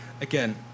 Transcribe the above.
again